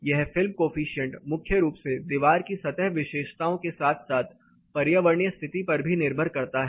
यह film coefficient मुख्य रूप से दीवार की सतह विशेषताओं के साथ साथ पर्यावरणीय स्थिति पर भी निर्भर करता है